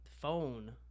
phone